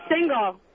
single